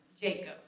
Jacob